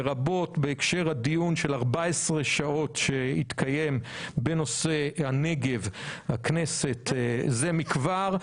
לרבות בהקשר הדיון של 14 שעות שהתקיים בנושא הנגב זה מכבר,